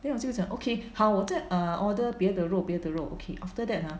then 我就讲 okay 好我在 err order 别的别的肉 okay after that ah